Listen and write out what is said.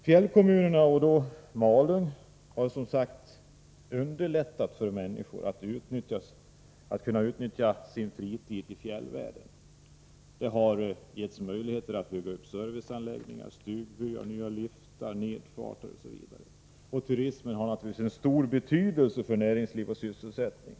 Fjällkommunerna, däribland Malung, har som sagt underlättat för människorna att utnyttja sin fritid i fjällvärlden. Det har bl.a. blivit möjligt att bygga serviceanläggningar, stugbyar, nya liftar, nedfarter osv. Turismen har naturligtvis en stor betydelse för näringsliv och sysselsättning.